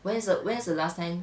when is the when's the last time